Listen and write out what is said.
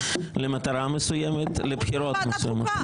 למטרה מסוימת, לבחירות מסוימות.